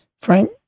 Frank